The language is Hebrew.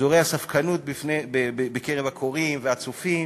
זורע ספקנות בקרב הקוראים והצופים,